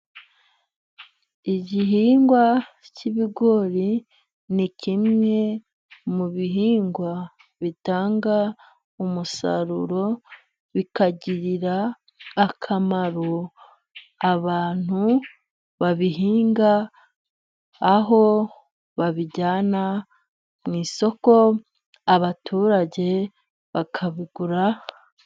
Igihingwa cy'ibigori ni kimwe mu bihingwa bitanga umusaruro, bikagirira akamaro abantu babihinga, aho babijyana mu isoko abaturage bakabigura...